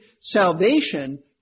salvation